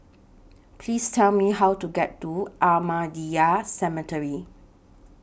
Please Tell Me How to get to Ahmadiyya Cemetery